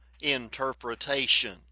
interpretation